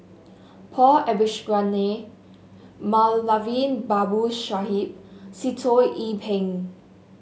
Paul Abisheganaden Moulavi Babu Sahib Sitoh Yih Pin